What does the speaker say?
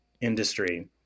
industry